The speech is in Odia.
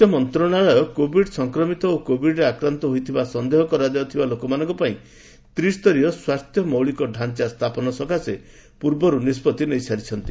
ସ୍ୱାସ୍ଥ୍ୟ ମନ୍ତ୍ରଣାଳୟ କୋବିଡ୍ ସଫକ୍ରମିତ ଓ କୋବିଡ୍ରେ ଆକ୍ରାନ୍ତ ହୋଇଥିବାର ସନ୍ଦେହ କରାଯାଉଥିବା ଲୋକମାନଙ୍କ ପାଇଁ ତ୍ରିସ୍ତରୀୟ ସ୍ୱାସ୍ଥ୍ୟ ମୌଳିକ ଢାଞ୍ଚା ସ୍ଥାପନ ସକାଶେ ପୂର୍ବରୁ ନିଷ୍କଭି ନେଇସାରିଛି